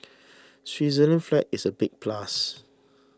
Switzerland's flag is a big plus